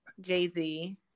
Jay-Z